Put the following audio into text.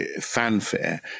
fanfare